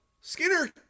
Skinner